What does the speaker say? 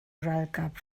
ralkap